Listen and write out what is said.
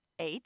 Eight